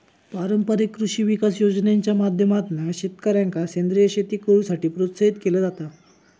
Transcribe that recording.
पारंपारिक कृषी विकास योजनेच्या माध्यमातना शेतकऱ्यांका सेंद्रीय शेती करुसाठी प्रोत्साहित केला जाता